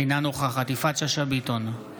אינה נוכחת יפעת שאשא ביטון,